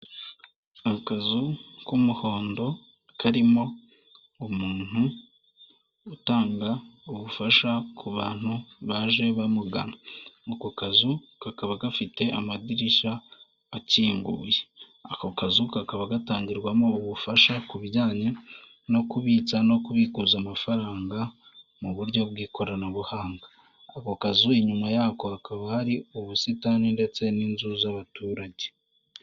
Akazu k'umuhondo karimo umuntu utanga ubufasha ku bantu baje bamugana, ako kazu kakaba gafite amadirishya akinguye, ako kazu kakaba gatangirwamo ubufasha ku bijyanye no kubitsa no kubikuza amafaranga mu buryo bw'ikoranabuhanga, ako kazu inyuma yako hakaba hari ubusitani ndetse n'inzu z'abaturage.